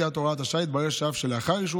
לקראת פקיעת הוראת השעה התברר שאף שלאחר אישור